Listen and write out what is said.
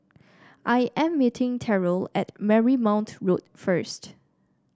I am meeting Terrell at Marymount Road first